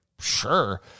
Sure